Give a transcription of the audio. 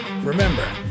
Remember